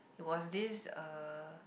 was this uh